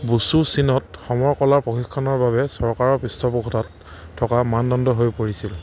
wushu চীনত সমৰ কলাৰ প্ৰশিক্ষণৰ বাবে চৰকাৰৰ পৃষ্ঠপোষকতা থকা মানদণ্ড হৈ পৰিছিল